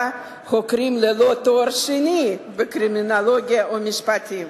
חוקרים ללא תואר שני בקרימינולוגיה או במשפטים.